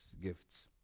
gifts